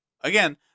Again